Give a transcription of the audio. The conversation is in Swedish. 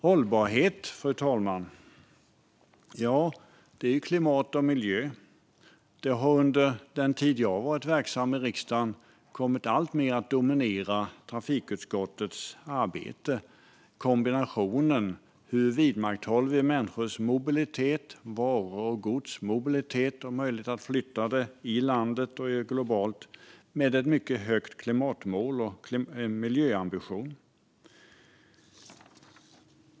Hållbarhet, fru talman, det är klimat och miljö. Under den tid jag varit verksam i riksdagen har trafikutskottets arbete kommit att domineras alltmer av frågan hur vi vidmakthåller mobiliteten och möjligheten att flytta människor och gods inom landet och globalt, kombinerat med mycket högt satta klimatmål och miljöambitioner.